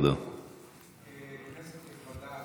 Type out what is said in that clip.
כנסת נכבדה,